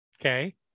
Okay